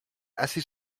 assez